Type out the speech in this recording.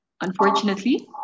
unfortunately